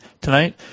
tonight